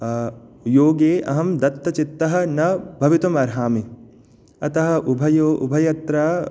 योगे अहं दत्तचित्तः न भवितुम् अर्हामि अतः उभयो उभयत्र